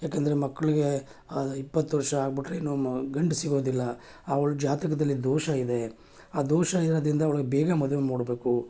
ಯಾಕೆಂದ್ರೆ ಮಕ್ಕಳಿಗೆ ಇಪ್ಪತ್ತು ವರ್ಷ ಆಗಿಬಿಟ್ರೆ ಏನು ಮ ಗಂಡು ಸಿಗೋದಿಲ್ಲ ಅವ್ಳು ಜಾತಕದಲ್ಲಿ ದೋಷ ಇದೆ ಆ ದೋಷ ಇರೋದ್ರಿಂದ ಅವ್ಳಿಗೆ ಬೇಗ ಮದುವೆ ಮಾಡ್ಬೇಕು